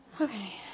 Okay